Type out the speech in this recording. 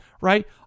Right